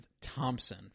Thompson